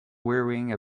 wearing